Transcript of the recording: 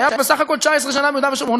שהיה בסך הכול 19 שנה ביהודה ושומרון,